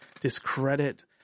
discredit